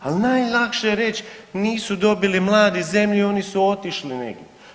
Ali najlakše je reći nisu dobili mladi zemlju, oni su otišli negdje.